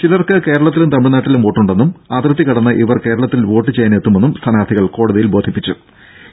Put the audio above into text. ചിലർക്ക് കേരളത്തിലും തമിഴ്നാട്ടിലും വോട്ടുണ്ടെന്നും അതിർത്തി കടന്ന് ഇവർ കേരളത്തിൽ വോട്ടുചെയ്യാനെത്തുമെന്നും സ്ഥാനാർഥികൾ കോടതിയിൽ ബോധിപ്പിച്ചിരുന്നു